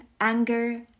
anger